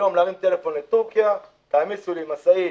היום להרים טלפון לטורקיה: תעמיסו לי משאית